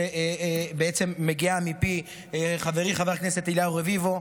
שבעצם מגיעה מפי חברי חבר הכנסת אליהו רביבו,